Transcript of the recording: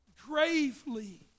gravely